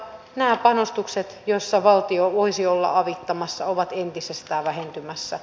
nämä panostukset joissa valtio voisi olla avittamassa ovat entisestään vähentymässä